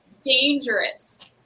dangerous